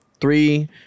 Three